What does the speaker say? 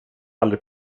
aldrig